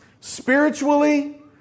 Spiritually